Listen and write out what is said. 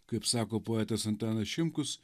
kaip sako poetas antanas šimkus